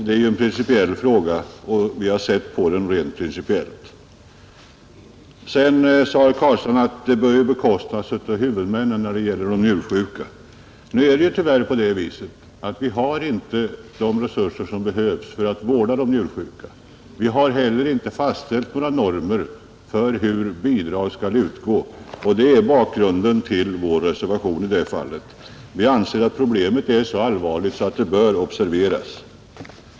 Det är ju en principiell fråga och vi har också bedömt den rent principiellt. Vidare säger herr Carlstein att kostnaderna i fråga om de njursjuka bör bestridas av sjukvårdens huvudmän. Nu är det tyvärr på det viset att vi inte har de resurser som behövs för att vårda de njursjuka, och vi har heller inte fastställt några normer för hur bidrag skall utgå. Det är bakgrunden till reservationen i detta fall. Vi anser att problemet är så allvarligt att det bör observeras.